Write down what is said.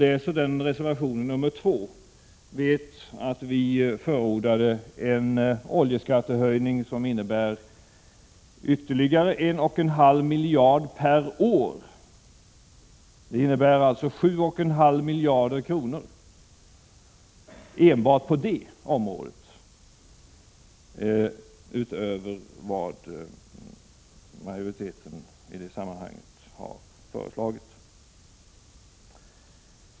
Av reservation 2 framgår att vi förordat en oljeskattehöjning som innebär ytterligare 1,5 miljarder kronor per år, alltså totalt 7,5 miljarder kronor enbart på det området utöver vad majoriteten har föreslagit i det sammanhanget.